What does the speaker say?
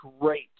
great